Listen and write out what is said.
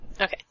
Okay